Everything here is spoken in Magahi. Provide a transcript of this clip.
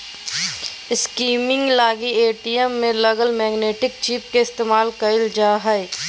स्किमिंग लगी ए.टी.एम में लगल मैग्नेटिक चिप के इस्तेमाल कइल जा हइ